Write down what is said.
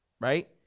Right